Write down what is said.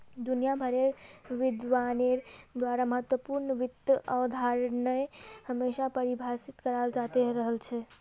दुनिया भरेर विद्वानेर द्वारा महत्वपूर्ण वित्त अवधारणाएं हमेशा परिभाषित कराल जाते रहल छे